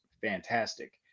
fantastic